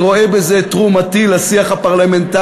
אני רואה בזה את תרומתי לשיח הפרלמנטרי.